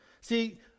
See